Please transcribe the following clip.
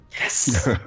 Yes